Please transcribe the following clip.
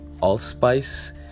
allspice